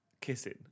kissing